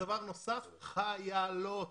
דבר נוסף, חיילות.